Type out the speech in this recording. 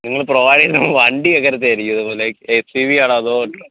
നിങ്ങൾ പ്രൊവൈഡ് ചെയ്യുന്ന വണ്ടി എങ്ങനത്തെ ആയിരിക്കും ലൈക് ഏ സീ വി ആണോ അതോ